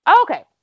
Okay